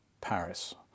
Paris